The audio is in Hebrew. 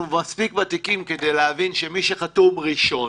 אנחנו מספיק ותיקים כדי להבין שמי שחתום ראשון